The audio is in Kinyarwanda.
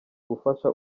gufasha